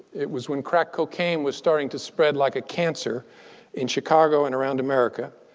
it was when crack cocaine was starting to spread like a cancer in chicago and around america.